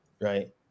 Right